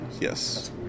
Yes